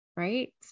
right